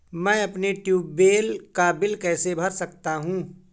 मैं अपने ट्यूबवेल का बिल कैसे भर सकता हूँ?